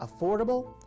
affordable